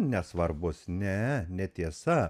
nesvarbus ne netiesa